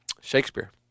Shakespeare